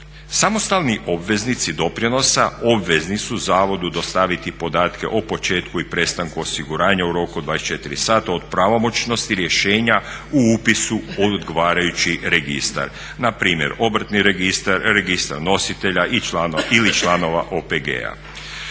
Samostalni obveznici doprinosa obvezni su zavodu dostaviti podatke o početku i prestanku osiguranja u roku od 24 sata od pravomoćnosti rješenja u upisu u odgovarajući registar, npr. Obrtni registar, Registar nositelja ili članova OPG-a.